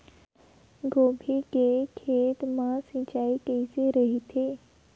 गोभी के खेत मा सिंचाई कइसे रहिथे?